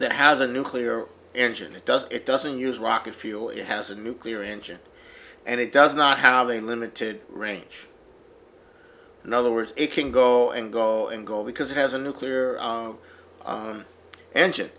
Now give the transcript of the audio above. that has a nuclear engine it does it doesn't use rocket fuel it has a nuclear engine and it does not have a limited range in other words it can go and go and go because it has a nuclear